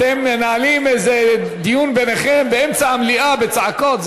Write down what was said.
אתם מנהלים איזה דיון ביניכם באמצע המליאה בצעקות.